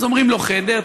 אז אומרים לו: חדר,